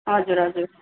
हजुर हजुर